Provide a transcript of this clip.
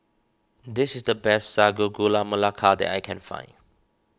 this is the best Sago Gula Melaka that I can find